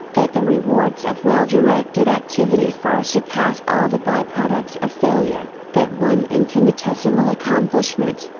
that the rewards of well directed activity far surpass all the by products of failure, that one infinitesimal accomplishment,